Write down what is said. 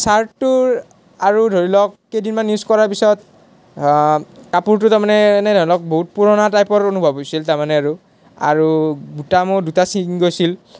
চাৰ্টটোৰ আৰু ধৰি লওক কেইদিনমান ইউজ কৰাৰ পিছত কাপোৰটো তাৰমানে এনেই ধৰি লওক বহুত পুৰণা টাইপৰ অনুভৱ হৈছিল তাৰমানে আৰু আৰু বুটামো দুটা ছিঙি গৈছিল